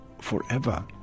forever